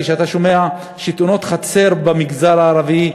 כשאתה שומע על תאונות חצר במגזר הערבי,